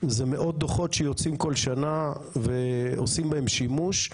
זה מאות דוחות שיוצאים כל שנה ועושים בהם שימוש,